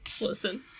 Listen